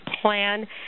plan